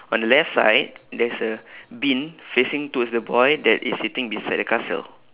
on the left side there's a bin facing towards the boy that is sitting beside the castle